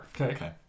Okay